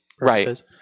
right